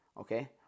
okay